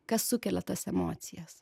kas sukelia tas emocijas